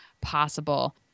possible